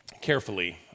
carefully